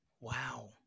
Wow